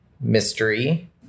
mystery